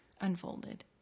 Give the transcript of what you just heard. unfolded